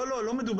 לא, לא.